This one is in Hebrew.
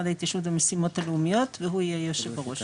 ההתיישבות והמשימות הלאומיות והוא יהיה יושב הראש.